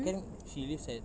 kan she lives at